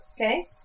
Okay